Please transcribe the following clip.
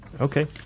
Okay